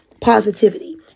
positivity